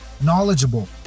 knowledgeable